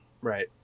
Right